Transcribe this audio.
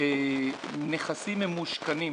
נכסים ממושכנים.